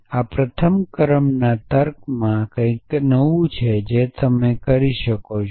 આ પ્રથમ ક્રમમાં તર્કમાં કંઈક નવું છે જે તમે કરી શકો છો